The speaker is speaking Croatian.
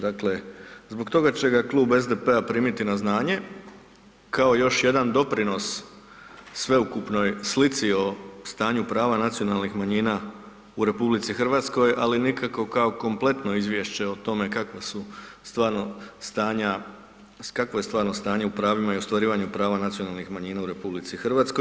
Dakle, zbog toga će ga Klub SDP-a primiti na znanje kao još jedan doprinos sveukupnoj slici o stanju prava nacionalnih manjina u RH, ali nikako kao kompletno izvješće o tome kakva su stvarno stanja, kakvo je stvarno stanje u pravima i ostvarivanju prava nacionalnih manjina u RH.